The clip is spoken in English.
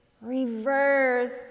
reverse